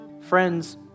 Friends